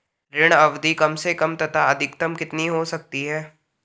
ऋण अवधि कम से कम तथा अधिकतम कितनी हो सकती है?